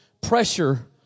pressure